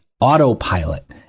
autopilot